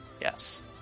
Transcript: Yes